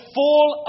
full